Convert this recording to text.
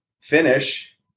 finish